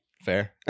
fair